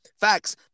facts